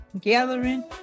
gathering